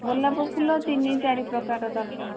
ଗୋଲାପ ଫୁଲ ତିନି ଚାରିପ୍ରକାର ଦରକାର